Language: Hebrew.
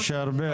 משה ארבל,